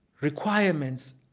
requirements